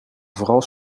vooral